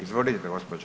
Izvolite gospođo.